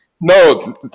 No